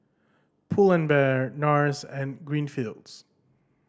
Pull and Bear Nars and Greenfields